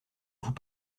vous